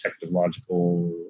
technological